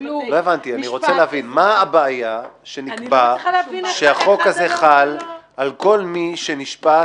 אני רוצה להבין: מה הבעיה שנקבע שהחוק הזה חל על כל מי שנשפט